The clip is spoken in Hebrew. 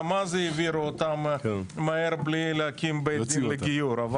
גם אז העבירו אותם מהר בלי להקים בית-דין לגיור.